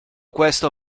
questo